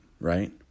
right